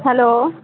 hello